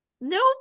nope